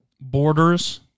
Borders